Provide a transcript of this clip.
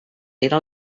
era